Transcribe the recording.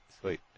sweet